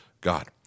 God